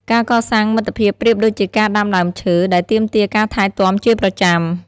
ការកសាងមិត្តភាពប្រៀបដូចជាការដាំដើមឈើ ដែលទាមទារការថែទាំជាប្រចាំ។